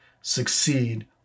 succeed